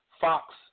Fox